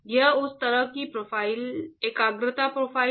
यह उस तरह की एकाग्रता प्रोफ़ाइल है